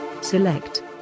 Select